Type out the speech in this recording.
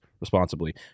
responsibly